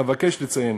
אבקש לציין